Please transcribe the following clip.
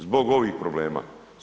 Zbog ovih problema.